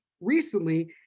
recently